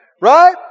Right